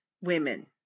women